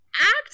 Act